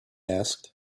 asked